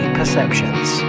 Perceptions